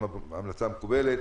אם ההמלצה מקובלת,